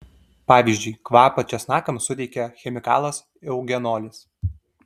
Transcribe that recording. pavyzdžiui kvapą česnakams suteikia chemikalas eugenolis